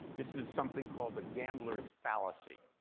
this is something called the gambler's fallacy.